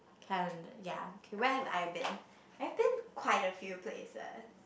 calendar okay ya where have I been I've been quite a few places